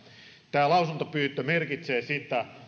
tämä lausuntopyyntö merkitsee sitä